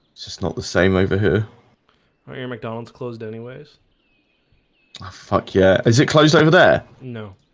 it's just not the same over here i hear mcdonalds closed anyways fuck. yeah, is it closed over there? no